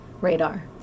radar